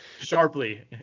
sharply